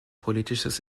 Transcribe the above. politisches